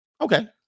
Okay